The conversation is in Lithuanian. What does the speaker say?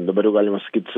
dabarjau galima sakyt